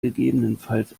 gegebenenfalls